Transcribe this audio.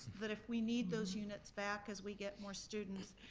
that if we need those units back as we get more students,